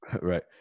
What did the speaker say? Right